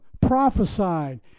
prophesied